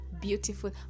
beautiful